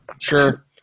sure